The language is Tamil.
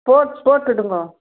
போர்ட்ஸ் போட்டுடுங்க